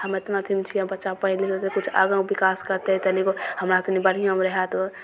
हम एतना अथीमे छिए आओर बच्चा पढ़ि लिखि लेतै तऽ किछु आगाँ विकास करतै तनि गो हमरा तनि बढ़िआँ रहैत गऽ